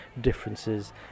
differences